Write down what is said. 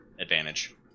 advantage